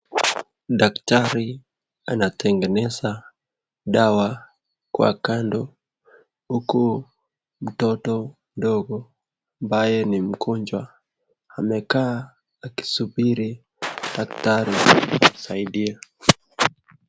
Daktari anatengeneza dawa kwa kando huku mtoto mdogo ambaye ni mgonjwa amekaa akisubiri daktari amsaidie.